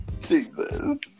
Jesus